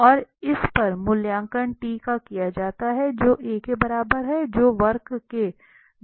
और इस पर मूल्यांकन t पर किया जाता है जो a के बराबर हैं जो वक्र के 2 अंत के बराबर है